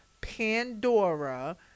Pandora